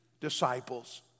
disciples